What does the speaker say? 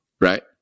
right